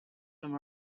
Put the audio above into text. them